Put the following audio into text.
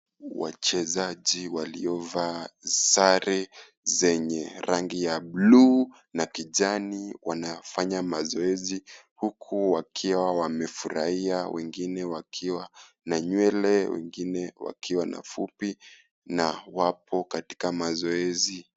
Wachezaji waliovaa sare zenye rangi ya buluu na kijani wanafanya mazoez,i huku wakiwa wamefurahia wengine wakiwa na nywele wengine wakiwa na fupi na wapo katika mazoezi.